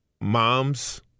moms